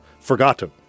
forgotten